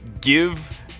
give